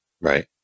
Right